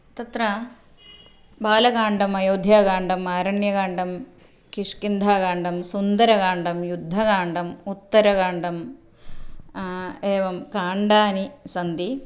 तत्र बालकाण्डम् अयोध्याकाण्डम् आरण्यकाण्डं किष्किन्धाकाण्डं सुन्दरकाण्डं युद्धकाण्डम् उत्तरकाण्डम् एवं काण्डानि सन्ति